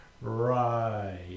Right